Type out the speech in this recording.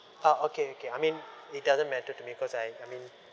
ah okay okay I mean it doesn't matter to me cause I I mean